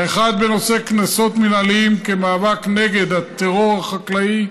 האחד בנושא קנסות מינהליים כמאבק נגד הטרור החקלאי,